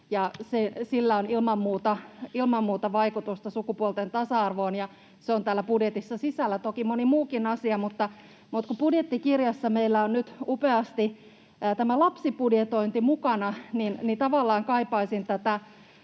sillä on ilman muuta vaikutusta sukupuolten tasa-arvoon. Se on täällä budjetissa sisällä, toki moni muukin asia. Mutta kun meillä on nyt budjettikirjassa upeasti tämä lapsibudjetointi mukana, niin tavallaan kaipaisin tätä